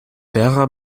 wäre